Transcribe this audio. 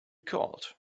called